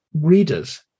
readers